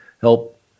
help